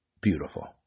beautiful